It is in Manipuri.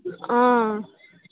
ꯑꯥ